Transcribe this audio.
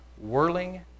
whirling